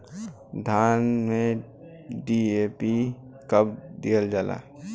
धान में डी.ए.पी कब दिहल जाला?